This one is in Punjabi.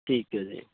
ਠੀਕ ਹੈ ਜੀ